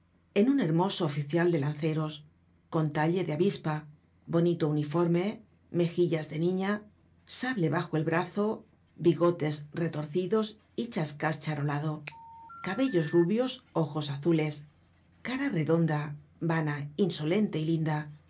en un hermoso oficial de lanceros con talle de avispa bonito uniforme mejillas de niña sable bajo el brazo bigotes retorcidos y chascás charolado cabellos rubios ojos azules cara redonda vana insolente y linda